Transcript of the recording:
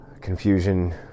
confusion